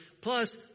Plus